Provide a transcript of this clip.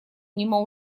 мимо